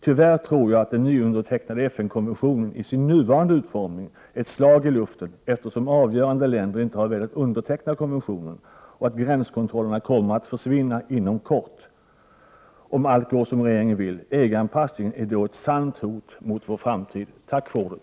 Jag tror jag att den nyundertecknade FN-konventionen i sin nuvarande utformning tyvärr är ett slag i luften, eftersom avgörande länder inte har velat underteckna konventionen och gränskontrollerna kommer att försvinna inom kort, om allt går som regeringen vill. EG-anpassningen är ett sant hot mot vår framtid. Tack för ordet.